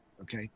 okay